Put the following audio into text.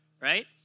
right